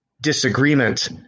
disagreement